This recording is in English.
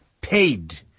Paid